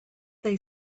they